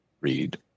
read